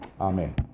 Amen